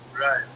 Right